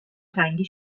تنگی